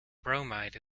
bromide